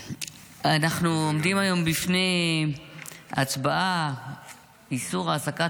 אנחנו עומדים היום בפני הצבעה על איסור העסקת